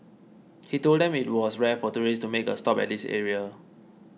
he told them that it was rare for tourists to make a stop at this area